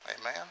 Amen